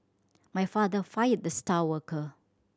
my father fired the star worker